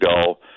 ago